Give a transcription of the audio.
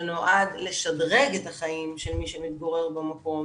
שנועד לשדרג את החיים של מי שמתגורר במקום